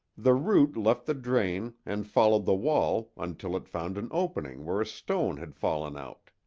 the root left the drain and followed the wall until it found an opening where a stone had fallen out.